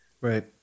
Right